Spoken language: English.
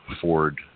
Ford